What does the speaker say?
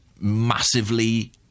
massively